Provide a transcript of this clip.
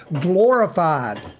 glorified